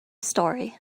story